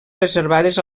reservades